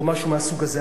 או משהו מהסוג הזה.